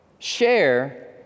share